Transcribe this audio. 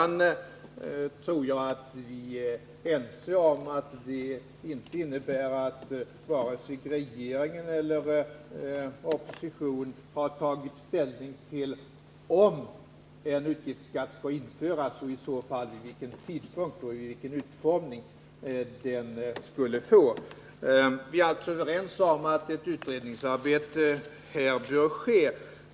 Jag tror att vi är ense om att det inte innebär att vare sig regering eller opposition har tagit ställning till om en utgiftsskatt skall införas eller om tidpunkten och utformningen. Vi är alltså överens om att ett utredningsarbete bör ske.